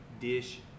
dish